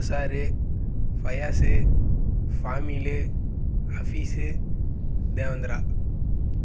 Azhar Fayaz Famil Afees Devendra